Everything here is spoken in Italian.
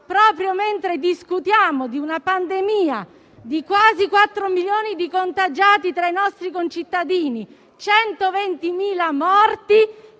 proprio mentre discutiamo di una pandemia con quasi quattro milioni di contagiati tra i nostri concittadini e con 120.000 morti,